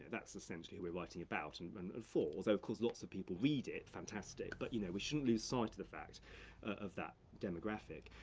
that's essentially who we're writing about, and but and for, though, of course, lots of people read it, fantastic, but you know, we shouldn't lose sight of the fact of that demographic,